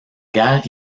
guerre